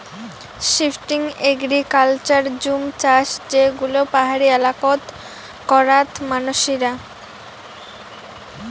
shifting agriculture জুম চাষ যে গুলো পাহাড়ি এলাকাত করাত মানসিরা